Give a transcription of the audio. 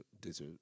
Dessert